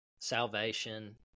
salvation